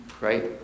Right